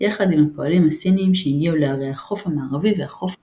יחד עם הפועלים הסיניים שהגיעו לערי החוף המערבי והחוף המזרחי.